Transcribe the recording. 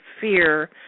fear